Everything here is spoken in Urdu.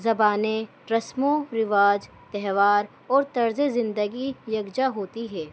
زبانیں رسموں رواج تہوار اور طرزِ زندگی یکجا ہوتی ہے